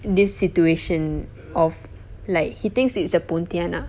this situation of like he thinks it's a pontianak